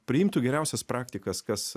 priimtų geriausias praktikas kas